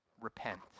Repent